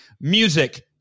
music